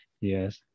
yes